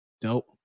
Dope